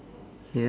yup